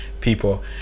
people